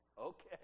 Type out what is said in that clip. okay